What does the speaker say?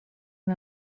and